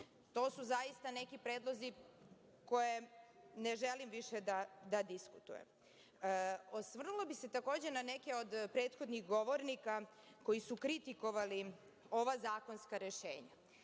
To su zaista neki predlozi koje ne želim više da diskutujem. Osvrnula bih se, takođe, na neke od prethodnih govornika koji su kritikovali ova zakonska rešenja,